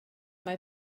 mae